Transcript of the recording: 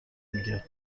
میگه